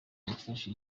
wafashe